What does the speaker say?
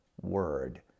word